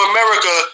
America